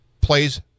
plays